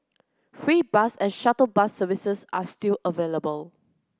free bus and shuttle bus services are still available